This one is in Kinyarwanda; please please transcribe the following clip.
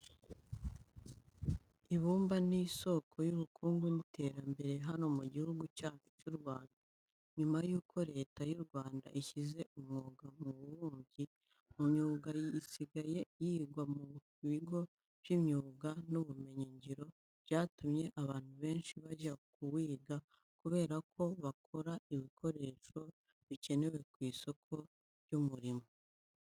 Ibumba ni isoko y'ubukungu n'iterambere hano mu gihugu cyacu cy'u Rwanda. Nyuma yuko Leta y'u Rwanda ishyize umwuga w'ububumbyi mu myuga isigaye yigwa mu bigo by'imyuga n'ubumenyingiro, byatumye abantu benshi bajya kuwiga kubera ko bakora ibikoresho bikenewe ku isoko ry'umurimo.